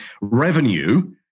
revenue